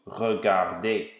regardez